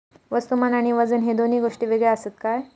वस्तुमान आणि वजन हे दोन गोष्टी वेगळे आसत काय?